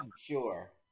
sure